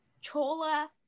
chola